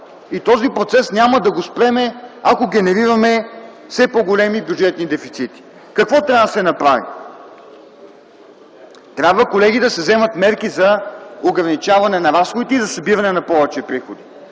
този процес, ако генерираме все по-големи бюджетни дефицити. Какво трябва да се направи? Колеги, трябва да се вземат мерки за ограничаване на разходите и за събиране на повече приходи.